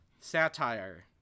Satire